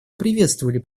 приветствовали